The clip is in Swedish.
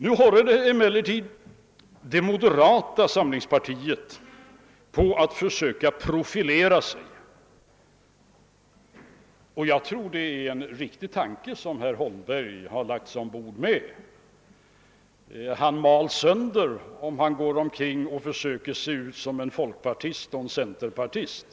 Nu håller emellertid det moderata samlingspartiet på och försöker profilera sig, och jag tror det är en riktig tanke som herr Holmberg lagt sig till med. Han mals sönder om han går omkring och försöker se ut som en folkpartist eller en centerpartist.